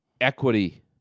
equity